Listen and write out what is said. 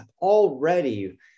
Already